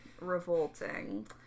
Revolting